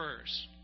first